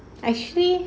actually